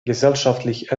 gesellschaftlich